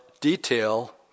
detail